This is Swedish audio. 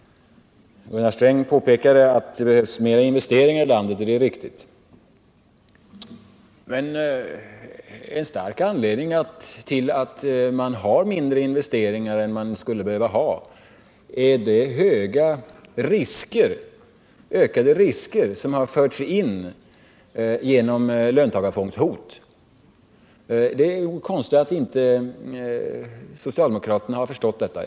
Gunnar Sträng påpekade att det behövs mer investeringar i landet, och det är riktigt. Men en väsentlig anledning till att det görs mindre investeringar än som vore önskvärt är de ökade risker som har förts in genom löntagarfondshotet. Det är konstigt att socialdemokraterna inte har förstått detta.